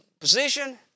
position